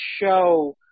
show